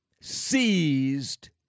seized